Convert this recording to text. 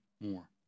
more